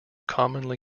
commonly